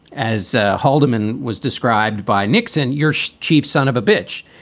as haldeman was described by nixon, your chief son of a bitch,